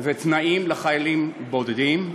ותנאים לחיילים בודדים.